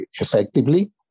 effectively